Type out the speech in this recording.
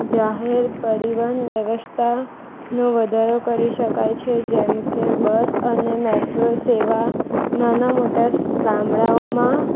જાહેર પરિવહન વ્યવસ્થાનો વધારો કરી શકાય છે જેમકે બસ અને મેટ્રો સેવા નાના મોટાં ગામડાઓમાં